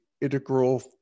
integral